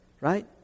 Right